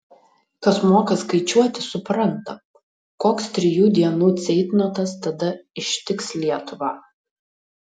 kas moka skaičiuoti supranta koks trijų dienų ceitnotas tada ištiks lietuvą